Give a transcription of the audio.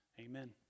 Amen